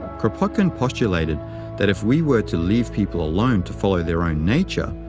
kropotkin postulated that if we were to leave people alone to follow their own nature,